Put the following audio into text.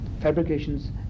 fabrications